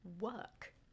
work